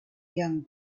young